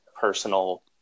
personal